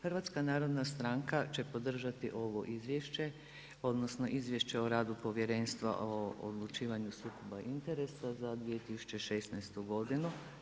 Hrvatska narodna stranka će podržati ovo izvješće, odnosno izvješće o radu Povjerenstva o odlučivanju o sukobu interesa za 2016. godinu.